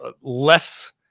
less